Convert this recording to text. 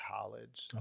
college